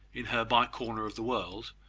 in her by-corner of the world,